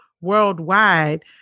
worldwide